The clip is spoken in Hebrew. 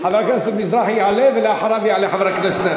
חבר הכנסת מזרחי יעלה, ולאחריו יעלה חבר הכנסת,